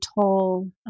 tall